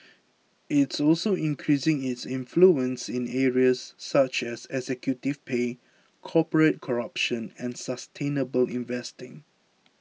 it's also increasing its influence in areas such as executive pay corporate corruption and sustainable investing